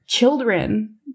children